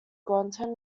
groton